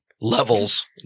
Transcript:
levels